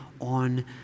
on